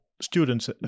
students